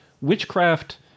Witchcraft